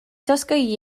dysgu